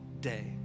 day